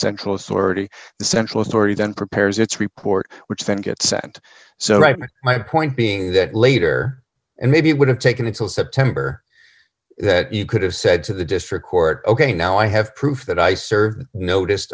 central authority the central authority then prepares its report which then gets sent so right my point being that later and maybe it would have taken until september that you could have said to the district court ok now i have proof that i